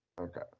Okay